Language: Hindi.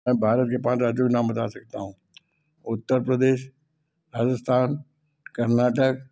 मैं भारत के पाँच राज्यों के नाम बता सकता हूँ उत्तर प्रदेश राजस्थान कर्नाटक